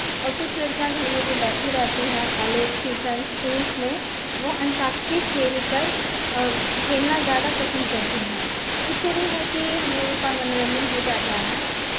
और कुछ लड़कियां जो घर में बैठी रहती हैं कॉलेज ट्यूशन स्कूल्स में वो अंताक्षरी खेल कर खलेना ज़्यादा पसंद करती हैं उसी भी है कि हमलोगों का मनोरंजन हो जाता है